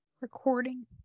Recording